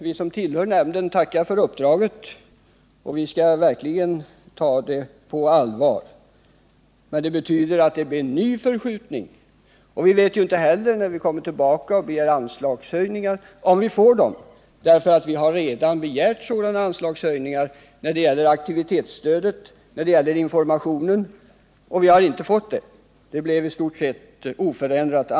Vi som tillhör nämnden tackar för uppdraget, och vi skall givetvis behandla frågorna seriöst, men det här betyder att det blir en ny förskjutning. Vi vet ju inte heller om vi, när vi så småningom återkommer med krav på anslagshöjningar, får bifall till dessa krav. Vi har redan begärt anslagshöjningar när det gäller aktivitetsstödet och informationen, men vi har inte fått några sådana utan anslagen blev i stort sett oförändrade.